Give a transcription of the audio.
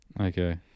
Okay